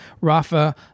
Rafa